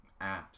apps